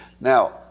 Now